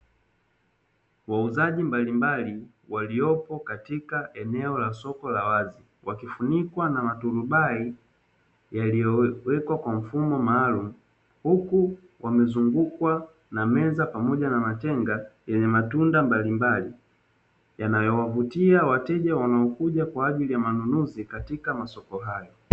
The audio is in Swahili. Wauzaji mbalimbali waliopo katika eneo la soko la wazi, wakifunikwa na maturubai yaliyowekwa kwa mfumo maalumu. Huku wamezungukwa na meza pamoja na matenga yenye matunda mbalimbali yanayowavutia wateja wanaokuja kwa ajili ya manunuzi katika masoko hayo.